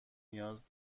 نیاز